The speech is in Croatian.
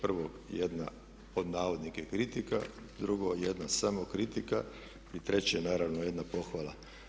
Prvo jedna pod navodnike „kritika“, drugo jedna samokritika i treće naravno jedna pohvala.